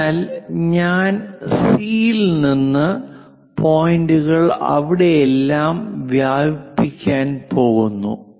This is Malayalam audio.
അതിനാൽ ഞാൻ സി യിൽ നിന്ന് പോയിന്റുകൾ അവിടെയെല്ലാം വ്യാപിപ്പിക്കാൻ പോകുന്നു